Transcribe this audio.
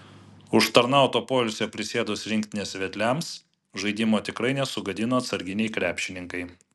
užtarnauto poilsio prisėdus rinktinės vedliams žaidimo tikrai nesugadino atsarginiai krepšininkai